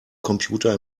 computer